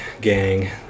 gang